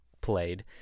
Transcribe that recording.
played